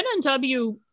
NNW